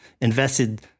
invested